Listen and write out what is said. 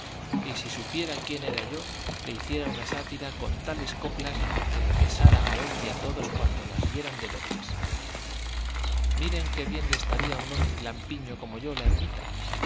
y si supiera quién era yo le hiciera una sátira con tales coplas que le pesara a él y a todos cuantos las vieran de verlas miren qué bien le estaría a un hombre lampiño como yo la ermita